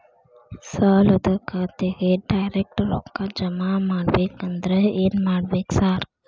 ಸಾಲದ ಖಾತೆಗೆ ಡೈರೆಕ್ಟ್ ರೊಕ್ಕಾ ಜಮಾ ಆಗ್ಬೇಕಂದ್ರ ಏನ್ ಮಾಡ್ಬೇಕ್ ಸಾರ್?